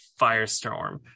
firestorm